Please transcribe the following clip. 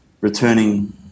returning